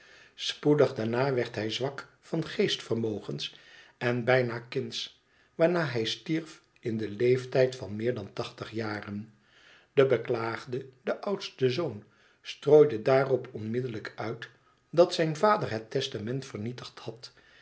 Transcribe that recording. spoedig daarna werd hij zwak van geestvermogens en bijna kindsch waarna hij stierf in den leeftijd van meer dan tachtig jaren de beklaagde de oudste zoon strooide daarop onmiddellijk uit dat zijn vader net testament vernietigd had